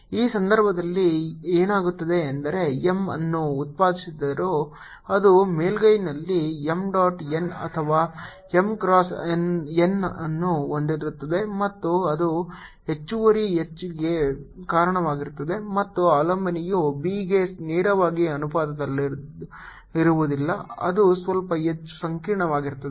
ಈ ಸಂದರ್ಭದಲ್ಲಿ ಏನಾಗುತ್ತದೆ ಎಂದರೆ M ಏನನ್ನು ಉತ್ಪಾದಿಸಿದರೂ ಅದು ಮೇಲ್ಮೈಗಳಲ್ಲಿ M ಡಾಟ್ n ಅಥವಾ M ಕ್ರಾಸ್ n ಅನ್ನು ಹೊಂದಿರುತ್ತದೆ ಮತ್ತು ಅದು ಹೆಚ್ಚುವರಿ H ಗೆ ಕಾರಣವಾಗುತ್ತದೆ ಮತ್ತು ಅವಲಂಬನೆಯು B ಗೆ ನೇರವಾಗಿ ಅನುಪಾತದಲ್ಲಿರುವುದಿಲ್ಲ ಅದು ಸ್ವಲ್ಪ ಹೆಚ್ಚು ಸಂಕೀರ್ಣವಾಗಿರುತ್ತದೆ